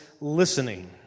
listening